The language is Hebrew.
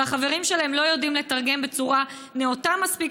והחברים שלהם לא יודעים לתרגם בצורה נאותה מספיק,